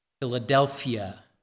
Philadelphia